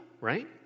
right